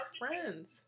friends